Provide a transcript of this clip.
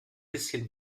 bisschen